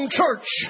church